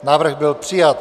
Návrh byl přijat.